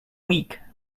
weak